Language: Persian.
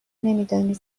نمیدانید